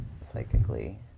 psychically